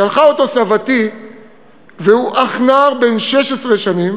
שלחה אותו סבתי והוא אך נער בן 16 שנים